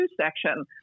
section